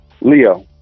Leo